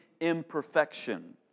imperfection